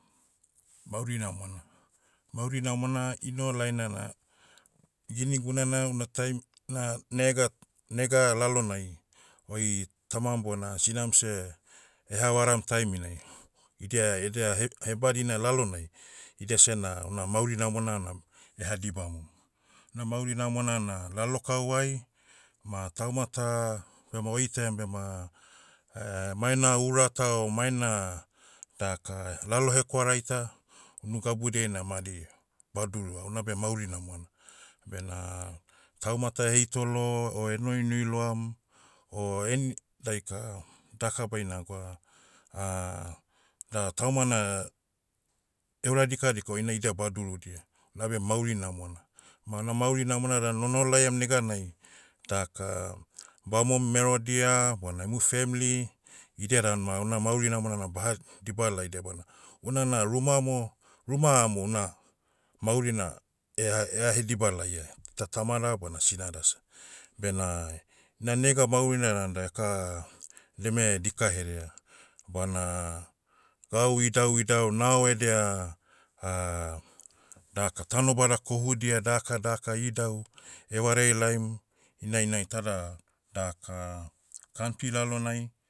Mauri namona. Mauri namona, inoho laina na, gini gunana una taim, na nega- nega lalonai, oi tamam bona sinam seh, ehavaram taiminai, idia edia he- hebadina lalonai, idiasena una mauri namona na, ehadibamu. Na mauri namona na lalokauai, ma tauma ta, bema oitaiam bema, maena ura ta o maena, daka, lalo hekwarai ta, unu gabudiai na madi, badurua unabe mauri namona. Bena, tauma ta heitolo, o enoinoi loam, o eni- daika, daka baina gwa, da tauma na, eura dikadika oina idia badurudia, nabe mauri namona. Ma una mauri namona dan onoho laiam neganai, daka, bamom merodia bona emu femli, idia dan ma una mauri namona na baha, diba laidia bana, unana ruma amo- ruma amo una, mauri na, ea- ehahediba laia, ta tamada bona sinada seh. Bena, ina nega maurina dan da eka, deme dika herea. Bana, gau idauidau nao edia, daka tanobada kohudia dakadaka idau, evareai laim, ina- ina itada, daka, kantri lalonai,